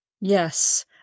Yes